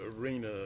arena